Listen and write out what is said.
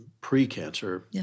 pre-cancer